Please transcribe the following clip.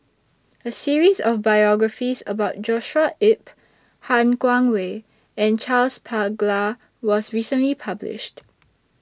A series of biographies about Joshua Ip Han Guangwei and Charles Paglar was recently published